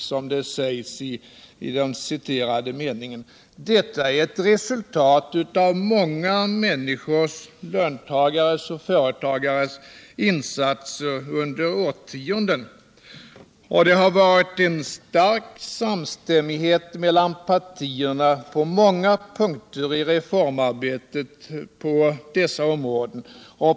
som det sägs i den citerade meningen. Det är ett resultat av många människors, löntagares och företagares, insatser under årtionden. Det har rått en stark samstämmighet mellan partierna på många punkter i reformarbetet på dessa områden.